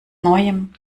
neuem